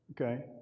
okay